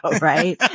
right